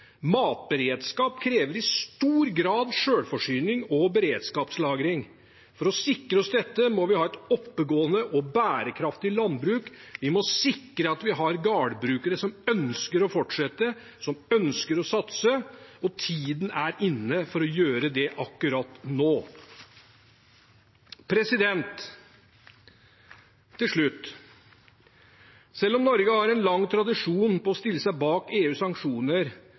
Matberedskap krever i stor grad selvforsyning og beredskapslagring. For å sikre oss dette må vi ha et oppegående og bærekraftig landbruk. Vi må sikre at vi har gårdbrukere som ønsker å fortsette, og som ønsker å satse. Tiden er inne for å gjøre det akkurat nå. Til slutt: Selv om Norge har en lang tradisjon for å stille seg bak EUs sanksjoner,